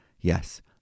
yes